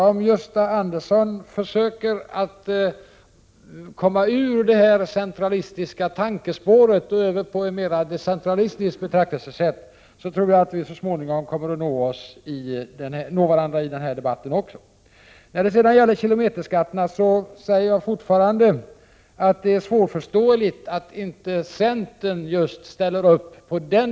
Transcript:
Om Gösta Andersson alltså försöker ta sig ur det här centralistiska tankespåret och gå över till ett mer decentralistiskt betraktelsesätt kommer vi, tror jag, så småningom att nå varandra i den här debatten också. När det gäller kilometerskattehöjningen vidhåller jag att det är svårförståeligt att just centern inte ställer upp på den.